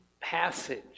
passage